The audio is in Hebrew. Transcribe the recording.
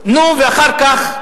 הבריאות, נו, ואחר כך?